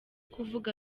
kuvuga